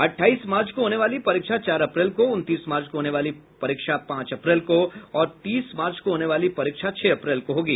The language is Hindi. अठाईस मार्च को होने वाली परीक्षा चार अप्रैल को उनतीस मार्च को होने वाली परीक्षा पांच अप्रैल को और तीस मार्च को होने वाली परीक्षा छह अप्रैल को होगी